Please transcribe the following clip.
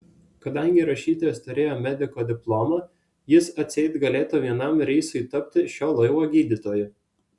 kadangi rašytojas turėjo mediko diplomą jis atseit galėtų vienam reisui tapti šio laivo gydytoju